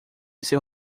seu